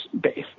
base